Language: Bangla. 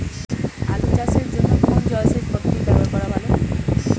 আলু চাষের জন্য কোন জলসেচ পদ্ধতি ব্যবহার করা ভালো?